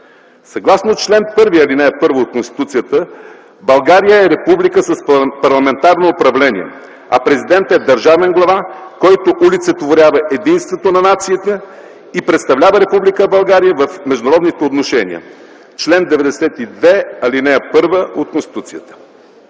Съгласно чл. 1, ал. 1 от Конституцията България е република с парламентарно управление, а президентът е държавен глава, който олицетворява единството на нацията и представлява Република България в международните отношения – чл. 92, ал. 1 от Конституцията.